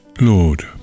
Lord